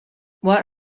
what